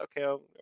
okay